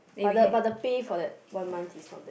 but the but the pay for that one month is not bad